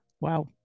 Wow